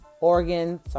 Oregon